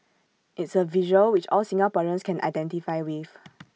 it's A visual which all Singaporeans can identify with